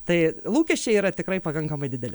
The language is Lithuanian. tai lūkesčiai yra tikrai pakankamai dideli